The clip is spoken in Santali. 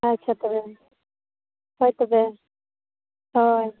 ᱟᱪᱪᱷᱟ ᱛᱚᱵᱮ ᱦᱳᱭ ᱛᱚᱵᱮ ᱦᱳᱭ